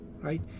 right